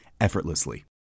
effortlessly